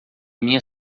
minha